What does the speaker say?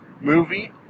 movie